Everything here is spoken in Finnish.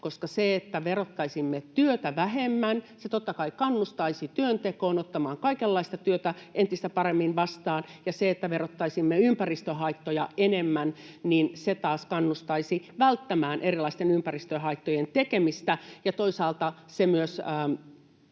tärkeä. Se, että verottaisimme työtä vähemmän, totta kai kannustaisi työntekoon, ottamaan kaikenlaista työtä entistä paremmin vastaan, ja se taas, että verottaisimme ympäristöhaittoja enemmän, kannustaisi välttämään erilaisten ympäristöhaittojen tekemistä, ja toisaalta se myös